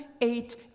eight